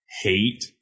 hate